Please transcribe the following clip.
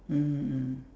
mmhmm mm